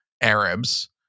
Arabs